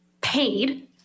paid